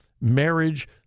marriage